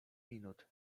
minut